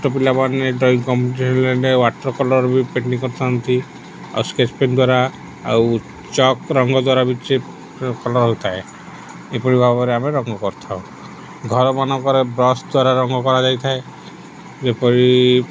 ଛୋଟ ପିଲାମାନେ ଡ୍ରଇଂ କମ୍ପିଟିସନ୍ରେ ୱାଟର୍ କଲର୍ ବି ପେଣ୍ଟିଂ କରିଥାନ୍ତି ଆଉ ସ୍କେଚ୍ ପେନ୍ ଦ୍ଵାରା ଆଉ ଚକ୍ ରଙ୍ଗ ଦ୍ୱାରା ବି କଲର୍ ହୋଇଥାଏ ଏପରି ଭାବରେ ଆମେ ରଙ୍ଗ କରିଥାଉ ଘରମାନଙ୍କରେ ବ୍ରସ୍ ଦ୍ୱାରା ରଙ୍ଗ କରାଯାଇଥାଏ ଯେପରି